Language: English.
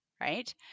right